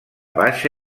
baixa